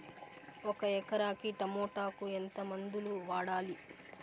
ఒక ఎకరాకి టమోటా కు ఎంత మందులు వాడాలి?